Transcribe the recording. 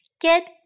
Get